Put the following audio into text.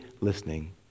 listening